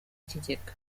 kigega